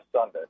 Sunday